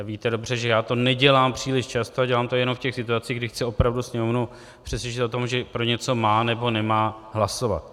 Víte dobře, že to nedělám příliš často, a dělám to jenom v těch situacích, kdy chci opravdu Sněmovnu přesvědčit o tom, že pro něco má nebo nemá hlasovat.